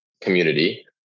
community